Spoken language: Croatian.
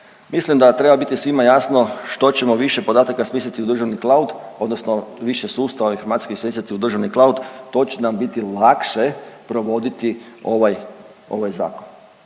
Mislim da treba biti svima jasno što ćemo više podataka smjestiti u državni cloud, odnosno više sustava informacijskih smjestiti u državni cloud, to će nam biti lakše provoditi ovaj, ovaj zakon.